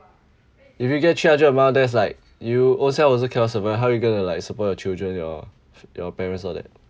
if you get three hundred a month that's like you ownself also cannot survive how you gonna like support your children your your parents all that